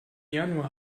januar